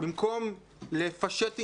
במקום לפשט עניינים,